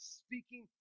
speaking